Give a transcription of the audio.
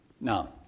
Now